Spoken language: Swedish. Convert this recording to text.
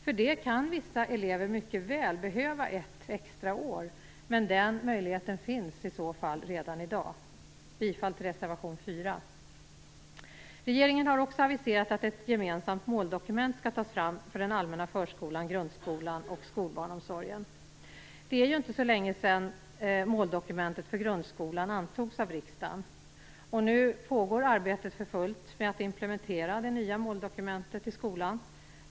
För det kan vissa elever mycket väl behöva ett extra år, men den möjligheten finns i så fall redan i dag. Jag yrkar bifall till reservation 4. Regeringen har också aviserat att ett gemensamt måldokument för den allmänna förskolan, grundskolan och skolbarnomsorgen skall tas fram. Det är ju inte så länge sedan måldokumentet för grundskolan antogs av riksdagen. Nu pågår arbetet med att implementera det nya måldokumentet för fullt i skolan.